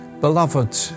Beloved